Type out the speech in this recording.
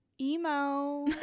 Emo